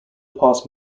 past